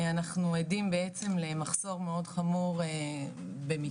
אנחנו עדים בעצם למחסור מאוד חמור במיטות,